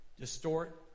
distort